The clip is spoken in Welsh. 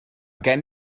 gen